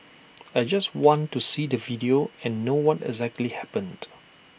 I just want to see the video and know what exactly happened